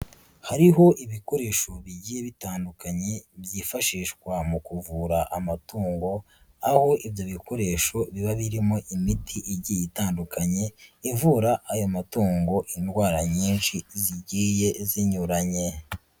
Hariho ibikoresho bigiye bitandukanye byifashishwa mu kuvura amatungo, aho ibyo bikoresho biba birimo imiti igiye itandukanye ivura aya matungo indwara nyinshi zigiye zinyuranye.